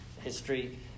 history